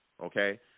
okay